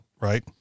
right